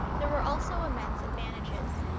there were also immense advantages.